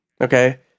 okay